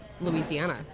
Louisiana